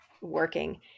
working